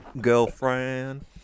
girlfriend